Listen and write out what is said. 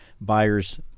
buyers